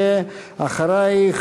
ואחרייך,